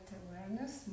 awareness